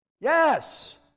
Yes